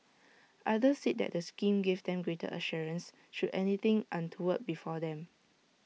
others said the scheme gave them greater assurance should anything untoward befall them